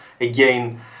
again